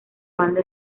banda